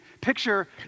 picture